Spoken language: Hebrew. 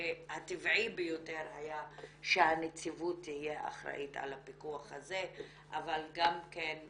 שהטבעי ביותר היה שהנציבות תהיה אחראית על הפיקוח הזה אבל גם זה